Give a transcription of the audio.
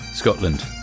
Scotland